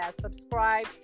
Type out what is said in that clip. Subscribe